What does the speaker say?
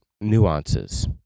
nuances